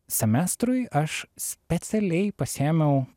semestrui aš specialiai pasiėmiau